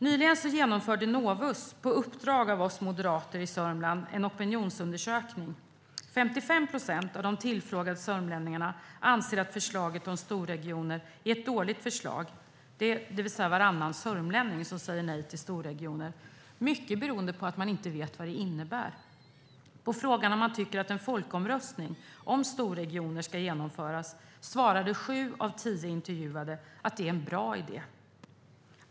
Nyligen genomförde Novus på uppdrag av Moderaterna i Sörmland en opinionsundersökning. 55 procent av de tillfrågade sörmlänningarna anser att förslaget om storregioner är ett dåligt förslag. Det vill säga att varannan sörmlänning säger nej till storregioner - mycket beroende på att man inte vet vad det innebär. På frågan om man tycker att en folkomröstning om storregioner ska genomföras svarade sju av tio intervjuade att det är en bra idé.